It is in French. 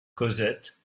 cosette